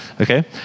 Okay